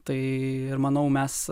tai ir manau mes